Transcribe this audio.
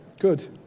Good